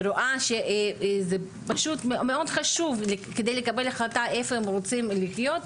ורואה שפשוט זה מאוד חשוב כדי לקבל החלטה איפה הם רוצים לחיות,